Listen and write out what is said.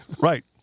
Right